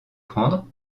prendre